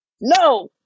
No